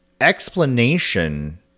explanation